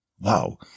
Wow